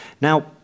Now